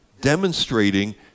demonstrating